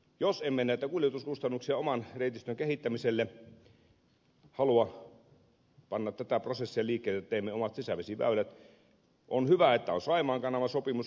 jos emme oman reitistön kehittämiselle halua panna tätä kuljetuskustannusprosessia liikkeelle niin että teemme omat sisävesiväylät on hyvä että on saimaan kanavan sopimus